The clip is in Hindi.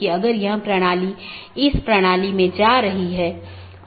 NLRI का उपयोग BGP द्वारा मार्गों के विज्ञापन के लिए किया जाता है